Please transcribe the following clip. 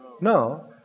No